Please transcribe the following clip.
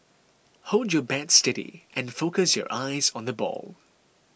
hold your bat steady and focus your eyes on the ball